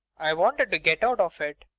i wanted to get out of it.